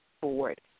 Board